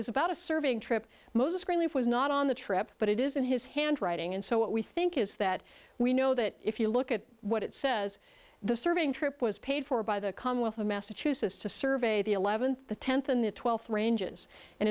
was about a serving trip moses greenleaf was not on the trip but it is in his handwriting and so what we think is that we know that if you look at what it says the serving trip was paid for by the commonwealth of massachusetts to survey the eleven tenth in the twelfth ranges and